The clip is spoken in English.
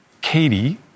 Katie